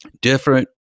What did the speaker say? different